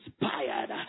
inspired